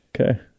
Okay